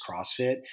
CrossFit